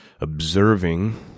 observing